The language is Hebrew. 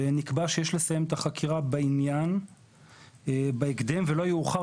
נקבע שיש לסיים את החקירה בעניין בהקדם ולא יאוחר